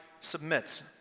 submits